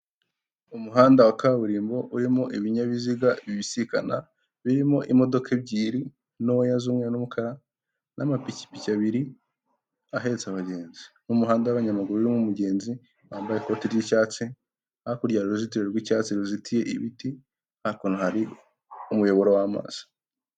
Umuhanda wa kaburimbo urimo ibinyabiziga bibisikana birimo imodoka ebyiri ntoya z'umweru n'umukara n'amapikipiki abiri ahetse abagenzi, n'muhanda w'abanyamaguru urimo umugenzi bambaye ikoti ry'icyatsi, hakurya y'uruzitiro rw'icyatsi ruzitiye ibiti hakuno hari umuyoboro w'amazi.